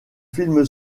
film